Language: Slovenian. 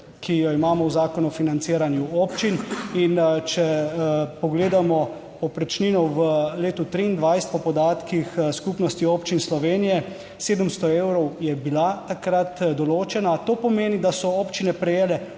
ki jo imamo v Zakonu o financiranju občin. In če pogledamo povprečnino v letu 2023 po podatkih Skupnosti občin Slovenije, 700 evrov je bila takrat določena. To pomeni, da so občine prejele